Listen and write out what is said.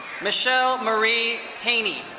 michelle marie hane.